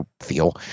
feel